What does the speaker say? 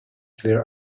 their